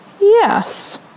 Yes